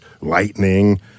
lightning